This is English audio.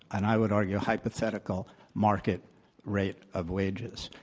and i would argue hypothetical market rate of wages.